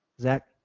Zach